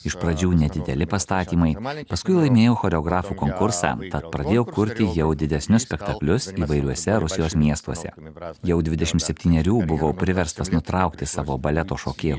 iš pradžių nedideli pastatymai paskui laimėjau choreografų konkursą tad pradėjau kurti jau didesnius spektaklius įvairiuose rusijos miestuose jau dvidešimt septynerių buvau priverstas nutraukti savo baleto šokėjo